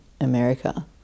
America